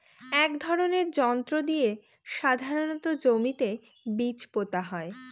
এক ধরনের যন্ত্র দিয়ে সাধারণত জমিতে বীজ পোতা হয়